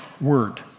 word